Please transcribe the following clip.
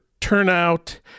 turnout